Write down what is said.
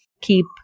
keep